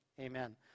Amen